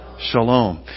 Shalom